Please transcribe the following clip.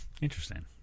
Interesting